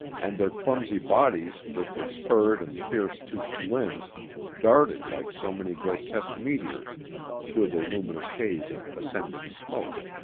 and their clumsy bodies with the spurred and fierce-toothed limbs darted like so many grotesque meteors through the luminous haze of ascending smoke.